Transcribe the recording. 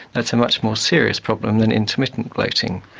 that's a much more serious problem than intermittent bloating.